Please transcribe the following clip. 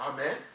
Amen